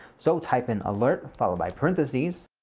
so type in alert followed by parenthesis